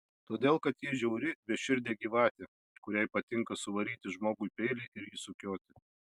todėl kad ji žiauri beširdė gyvatė kuriai patinka suvaryti žmogui peilį ir jį sukioti